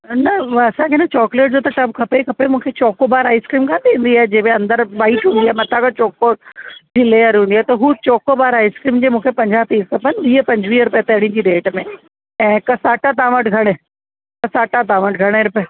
न असांखे न चॉकलेट जो त टब खपे ई खपे मूंखे चोकोबार आइसक्रीम कान थींदी आहे जंहिं में अंदरि व्हाइट हूंदी आहे मथां खां चोको जी लेयर हूंदी आहे त हू चोकोबार आइसक्रीम जी मूंखे पंजाह पीस खपेनि वीह पंजवीह रुपया पहिरीं जे रेट में ऐं कसाटा तव्हां वटि घणे कसाटा तव्हां वटि घणे रुपए